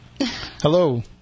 Hello